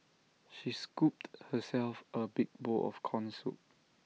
she scooped herself A big bowl of Corn Soup